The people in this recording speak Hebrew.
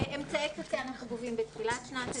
אמצעי קצה אנחנו גובים בתחילת שנת הלימודים.